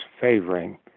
favoring